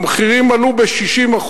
המחירים עלו ב-60%,